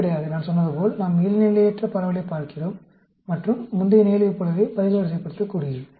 வெளிப்படையாக நான் சொன்னது போல் நாம் இயல்நிலையற்ற பரவலைப் பார்க்கிறோம் மற்றும் முந்தைய நிகழ்வைப் போலவே பதில் வரிசைப்படுத்தக்கூடியது